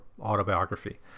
autobiography